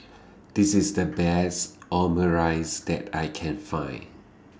This IS The Best Omurice that I Can Find